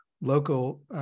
local